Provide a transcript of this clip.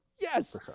Yes